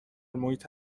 محیط